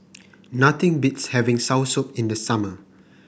nothing beats having soursop in the summer